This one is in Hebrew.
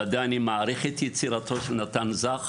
בוודאי; אני מעריך את יצירתו של נתן זך,